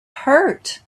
hurt